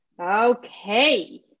Okay